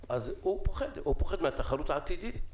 אז הוא פוחד, הוא פוחד מהתחרות העתידית.